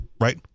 Right